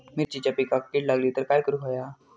मिरचीच्या पिकांक कीड लागली तर काय करुक होया?